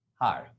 Hi